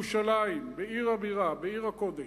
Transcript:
בירושלים, בעיר הבירה, בעיר הקודש.